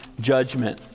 judgment